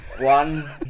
one